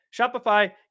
Shopify